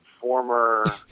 former